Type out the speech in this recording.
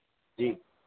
जी